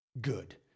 good